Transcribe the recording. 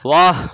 واہ